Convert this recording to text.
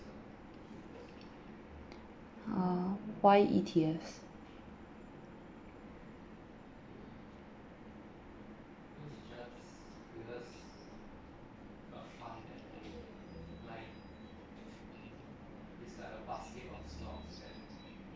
uh why E_T_S